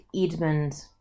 Edmund